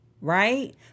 right